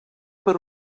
per